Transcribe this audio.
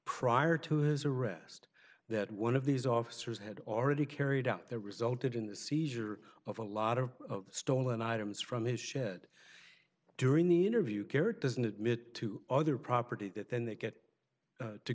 prior to his arrest that one of these officers had already carried out there resulted in the seizure of a lot of stolen items from his shed during the interview care doesn't admit to other property that then they get to